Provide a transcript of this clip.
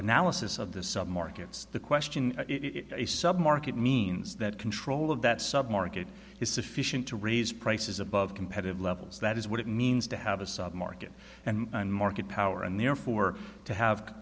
analysis of the sub markets the question market means that control of that sub market is sufficient to raise prices above competitive levels that is what it means to have a sub market and market power and therefore to have